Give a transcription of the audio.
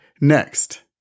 Next